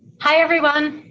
hi everyone.